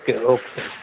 okay okay